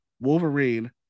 Wolverine